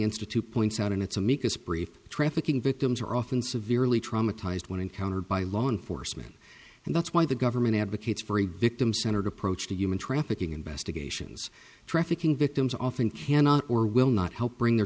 institute points out in its amicus brief trafficking victims are often severely traumatized when encountered by law enforcement and that's why the government advocates for a victim centered approach to human trafficking investigations trafficking victims often cannot or will not help bring their